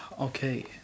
Okay